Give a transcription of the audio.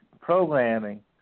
programming